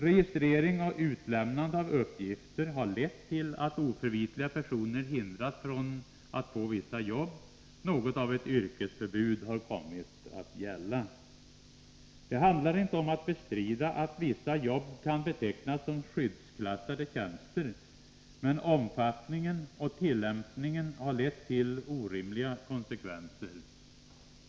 Registrering och utlämnande av uppgifter har lett till att oförvitliga personer hindrats från att få vissa jobb. Något av ett yrkesförbud har alltså kommit att gälla. Det handlar inte om att bestrida att vissa jobb kan betecknas som skyddsklassade tjänster, men omfattningen och tillämpningen har fått orimliga konsekvenser.